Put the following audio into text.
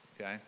okay